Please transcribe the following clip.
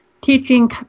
teaching